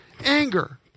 anger